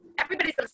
Everybody's